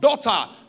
daughter